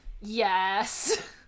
yes